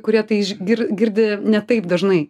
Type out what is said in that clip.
kurie tai iš gir girdi ne taip dažnai